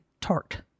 tart